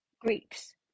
Greeks